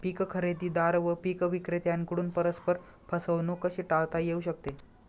पीक खरेदीदार व पीक विक्रेत्यांकडून परस्पर फसवणूक कशी टाळता येऊ शकते?